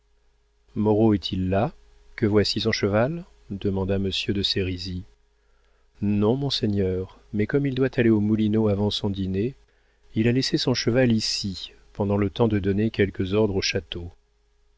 moreau est-il là que voici son cheval demanda monsieur de sérisy non monseigneur mais comme il doit aller aux moulineaux avant son dîner il a laissé son cheval ici pendant le temps de donner quelques ordres au château